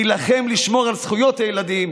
נילחם לשמור על זכויות הילדים,